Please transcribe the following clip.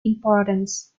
importance